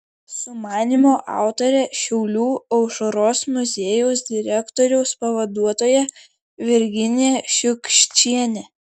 sumanymo autorė šiaulių aušros muziejaus direktoriaus pavaduotoja virginija šiukščienė